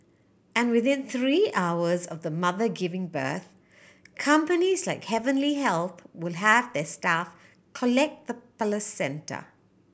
and within three hours of the mother giving birth companies like Heavenly Health will have their staff collect the placenta